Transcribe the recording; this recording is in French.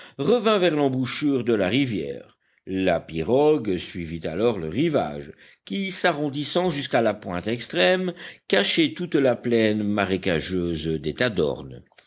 revint vers l'embouchure de la rivière la pirogue suivit alors le rivage qui s'arrondissant jusqu'à la pointe extrême cachait toute la plaine marécageuse